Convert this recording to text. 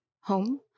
home